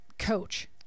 coach